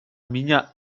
меня